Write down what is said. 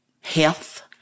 health